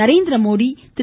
Narendra Modi Thiru